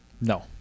No